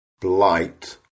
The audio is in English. blight